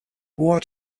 what